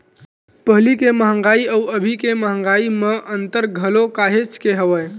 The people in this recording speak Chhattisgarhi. पहिली के मंहगाई अउ अभी के मंहगाई म अंतर घलो काहेच के हवय